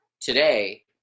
today